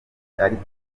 ariko